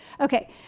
Okay